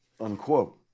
unquote